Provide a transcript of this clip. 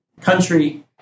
Country